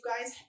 guys